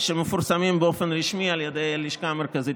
שמפורסמים באופן רשמי על ידי הלשכה המרכזית